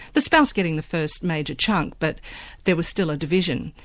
the spouse getting the first major chunk, but there was still a division.